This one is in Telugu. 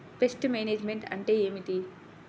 పెస్ట్ మేనేజ్మెంట్ అంటే ఏమిటి?